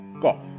golf